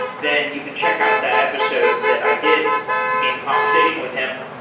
then you can check out that episode that i did in conversation with him.